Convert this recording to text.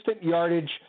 yardage